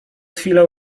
chwilę